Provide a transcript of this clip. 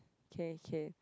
okay okay